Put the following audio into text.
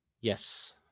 Yes